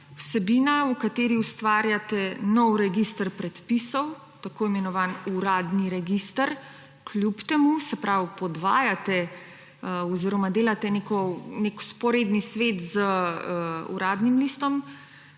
vsebina, v kateri ustvarjate nov register predpisov, tako imenovani uradni register, se pravi, podvajate oziroma delate nek vzporedni svet z Uradnim listom,